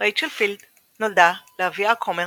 רייצ'ל פילד נולדה לאביה הכומר